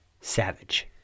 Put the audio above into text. Savage